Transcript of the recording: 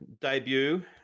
debut